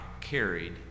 carried